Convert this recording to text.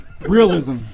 Realism